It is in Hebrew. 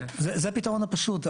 טוב זה הפתרון הפשוט,